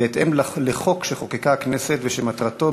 בהתאם לחוק שחוקקה הכנסת ושמטרתו,